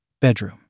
Bedroom